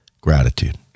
gratitude